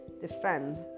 defend